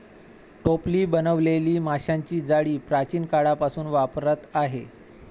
टोपली बनवलेली माशांची जाळी प्राचीन काळापासून वापरात आहे